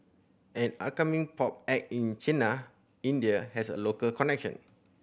an upcoming pop act in Chennai India has a local connection